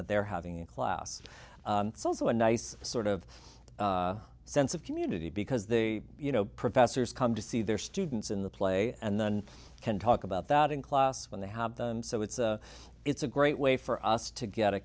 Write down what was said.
that they're having in class so a nice sort of sense of community because they you know professors come to see their students in the play and then can talk about that in class when they have so it's it's a great way for us to get a